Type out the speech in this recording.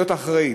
להיות אחראית,